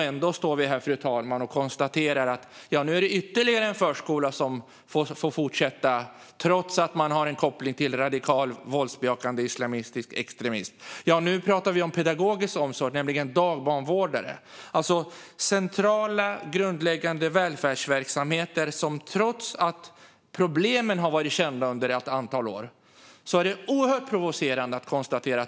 Ändå står vi här, fru talman, och konstaterar att ytterligare en förskola får fortsätta trots att den har en koppling till radikal våldsbejakande islamistisk extremism. Nu talar vi om pedagogisk omsorg, det vill säga dagbarnvårdare. Det handlar om centrala grundläggande välfärdsverksamheter som kan fortsätta trots att problemen har varit kända under ett antal år, och det är oerhört provocerande.